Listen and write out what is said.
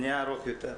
מתארך יותר.